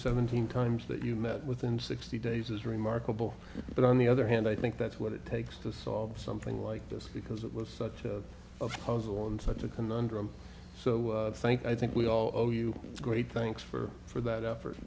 seventeen times that you met within sixty days is remarkable but on the other hand i think that's what it takes to solve something like this because it was such a of puzzle and such a conundrum so thank i think we all owe you great thanks for for that effort